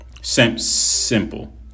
Simple